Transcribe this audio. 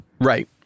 Right